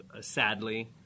sadly